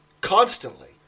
constantly